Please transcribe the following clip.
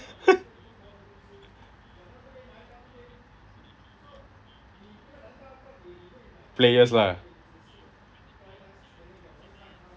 players lah